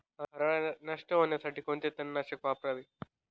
हरळ नष्ट होण्यासाठी कोणते तणनाशक वापरावे?